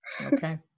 Okay